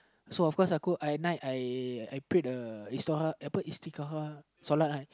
so of course I could I at night I I prayed a I put right